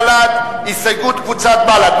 הסתייגות קבוצת בל"ד.